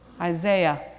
Isaiah